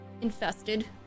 infested